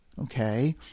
okay